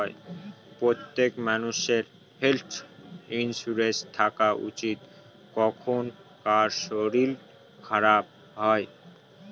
প্রত্যেক মানষের health insurance থাকা উচিত, কখন কার শরীর খারাপ হয়